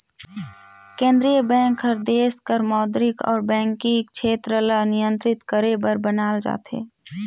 केंद्रीय बेंक हर देस कर मौद्रिक अउ बैंकिंग छेत्र ल नियंत्रित करे बर बनाल जाथे